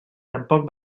tampoc